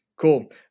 Cool